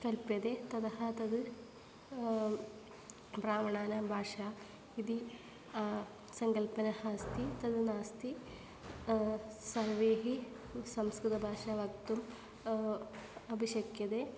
कल्प्यते ततः तद् ब्राह्मणानां भाषा इति सङ्कल्पना अस्ति तद् नास्ति सर्वैः संस्कृतभाषायां वक्तुम् अपि शक्यन्ते